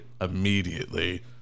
immediately